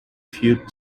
few